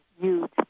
huge